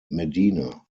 medina